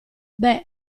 beh